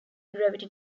gravity